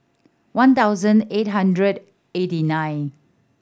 one thousand eight hundred eighty nine